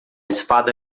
espada